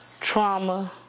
Trauma